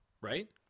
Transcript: right